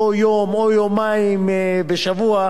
או יום או יומיים בשבוע,